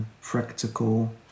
practical